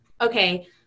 okay